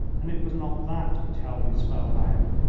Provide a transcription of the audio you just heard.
and it was not that which held me spellbound.